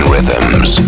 rhythms